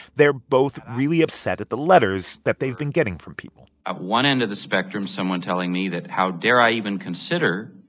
they're both really upset at the letters that they've been getting from people at one end of the spectrum someone telling me that how dare i even consider